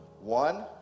one